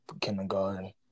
kindergarten